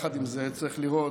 יחד עם זה, צריך לראות